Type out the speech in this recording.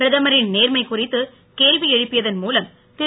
பிரதமரின் நேர்மை குறித்து கேள்வி எழுப்பியதன் மூலம் திரு